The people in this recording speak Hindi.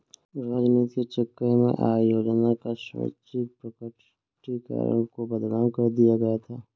राजनीति के चक्कर में आय योजना का स्वैच्छिक प्रकटीकरण को बदनाम कर दिया गया था